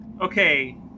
Okay